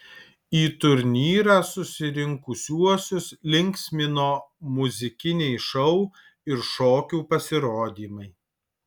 į turnyrą susirinkusiuosius linksmino muzikiniai šou ir šokių pasirodymai